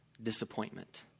disappointment